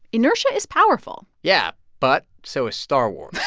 inertia is powerful yeah, but so is star wars.